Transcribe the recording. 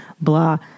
blah